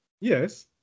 Yes